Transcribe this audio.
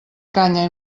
canya